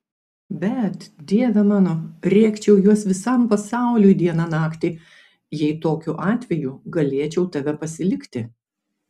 bet dieve mano rėkčiau juos visam pasauliui dieną naktį jei tokiu atveju galėčiau tave pasilikti